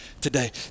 today